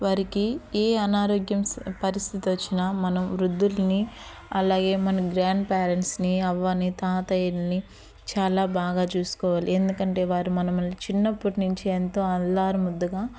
వారికి ఏ అనారోగ్యం పరిస్థితి వచ్చిన మనం వృద్ధులుని అలాగే మన గ్రాండ్ పేరెంట్స్నీ అవ్వనీ తాతయ్యలనీ చాలా బాగా చూసుకోవాలి ఎందుకు అంటే వారు మనల్ని చిన్నప్పటి నుంచి ఎంతో అల్లారు ముద్దుగా